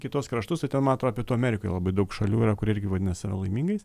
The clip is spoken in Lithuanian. kituos kraštus tai ten man atrodo pietų amerikoj labai daug šalių yra kur irgi vadina save laimingais